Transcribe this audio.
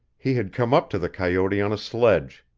he had come up to the coyote on a sledge.